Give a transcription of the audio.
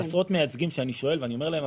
עשרות מייצגים שאני שואל ואני אומר להם,